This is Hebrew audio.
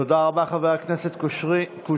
תודה רבה, חבר הכנסת קושניר.